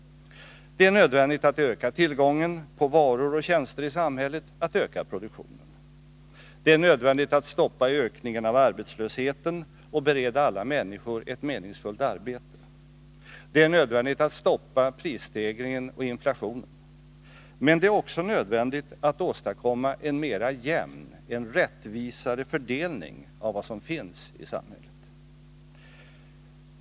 Det är nödvändigt att öka tillgången på varor och tjänster i samhället, att öka produktionen. Det är nödvändigt att stoppa ökningen av arbetslösheten och bereda alla människor ett meningsfullt arbete. Det är nödvändigt att stoppa prisstegringen och inflationen. Men det är också nödvändigt att åstadkomma en mera jämn, en rättvisare fördelning av vad som finns i samhället.